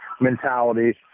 mentality